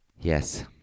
Yes